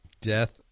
Death